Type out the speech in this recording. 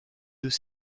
deux